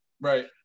Right